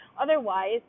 Otherwise